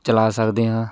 ਚਲਾ ਸਕਦੇ ਹਾਂ